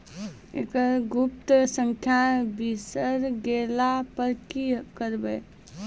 एकरऽ गुप्त संख्या बिसैर गेला पर की करवै?